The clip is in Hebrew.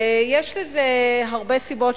ויש לזה הרבה סיבות,